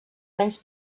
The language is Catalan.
menys